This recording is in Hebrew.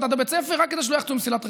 עד לבית הספר רק כדי שלא יחצו מסילת רכבת.